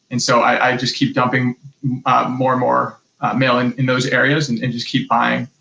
and, so, i just keep dumping more and more mail and in those areas, and and just keep buying.